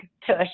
tush